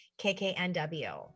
KKNW